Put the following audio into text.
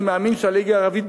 אני מאמין שהליגה הערבית,